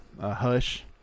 Hush